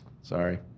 Sorry